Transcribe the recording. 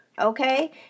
okay